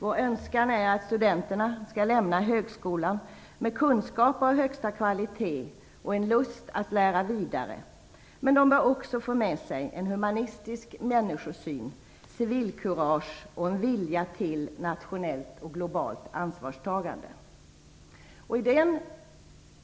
Vår önskan är att studenterna skall lämna högskolan med kunskaper av högsta kvalitet och en lust att lära vidare. De bör också få med sig en humanistisk människosyn, civilkurage och en vilja till nationellt och globalt ansvarstagande.